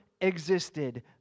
existed